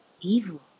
Evil